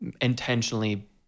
intentionally